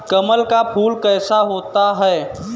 कमल का फूल कैसा होता है?